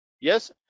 yes